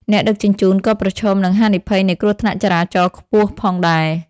អ្នកដឹកជញ្ជូនក៏ប្រឈមនឹង ហានិភ័យនៃគ្រោះថ្នាក់ចរាចរណ៍ ខ្ពស់ផងដែរ។